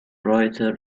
writer